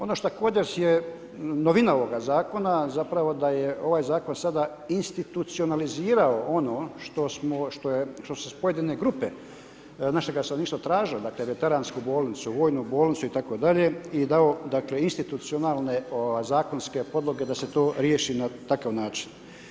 Ono što kod nas je novina novoga zakona, zapravo da je ovaj zakon sada institucionalizirao ono što se s pojedine grupe našega stanovništva traže, dakle veteransku bolnicu, vojnu bolnicu itd., dakle institucionalne zakonske podloge da se to riješi na takav način.